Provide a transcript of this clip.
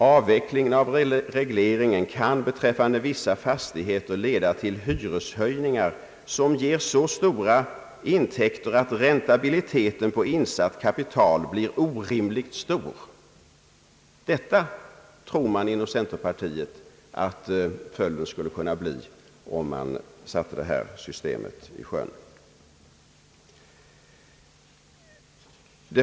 »Avvecklingen av regleringen kan beträffande vissa fastigheter leda till hyreshöjningar, som ger så stora intäkter att räntabiliteten på insatt kapital blir orimligt stor.» Detta tror man inom centerpartiet skulle bli följden om avvecklingen kom till stånd.